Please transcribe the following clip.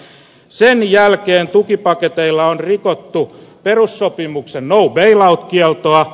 sen jälkeen tukipaketeilla on rikottu perussopimuksen no bail out kieltoa